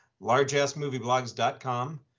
largeassmovieblogs.com